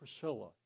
Priscilla